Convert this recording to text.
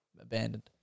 abandoned